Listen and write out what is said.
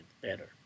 better